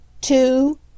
two